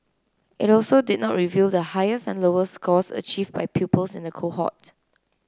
it also did not reveal the highest and lowest scores achieved by pupils in the cohort